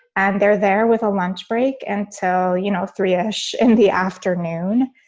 and they're there with a lunch break. and so, you know, three ish in the afternoon,